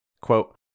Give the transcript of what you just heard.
quote